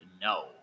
No